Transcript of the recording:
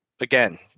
Again